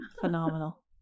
Phenomenal